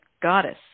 goddess